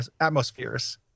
atmospheres